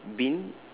bin